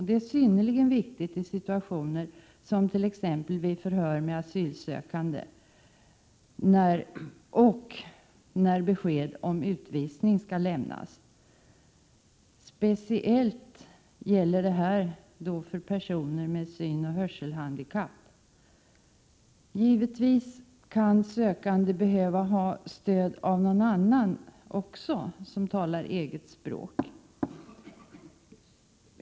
Det är synnerligen viktigt i situationer som vid förhör med asylsökande och när besked om utvisning skall lämnas. Speciellt gäller detta för personer med synoch hörselhandikapp. Givetvis kan sökande behöva stöd även av någon annan som talar deras eget språk.